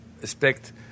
expect